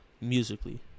musically